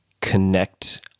connect